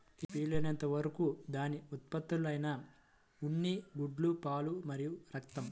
వీలైనంత వరకు దాని ఉత్పత్తులైన ఉన్ని, గుడ్లు, పాలు మరియు రక్తం